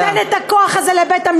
תן את הכוח הזה לבית-המשפט.